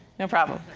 no problem.